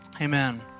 amen